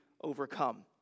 overcome